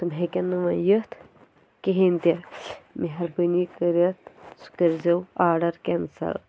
تِم ہیٚکن نہٕ وۄنۍ یِتھ کِہیٖنۍ تہِ مہربٲنی کٔرِتھ سُہ کٔرۍ زیو آرڈر کینسَل